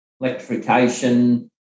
electrification